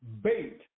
bait